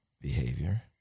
behavior